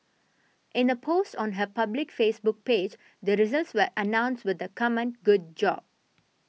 in a post on her public Facebook page the results were announced with the comment good job